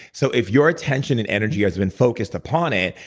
so if your attention and energy has been focused upon it,